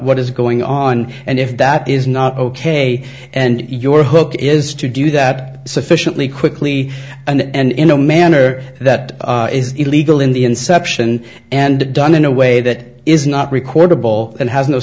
what is going on and if that is not ok and your hook is to do that sufficiently quickly and in a manner that is illegal in the inception and done in a way that is not recordable and has no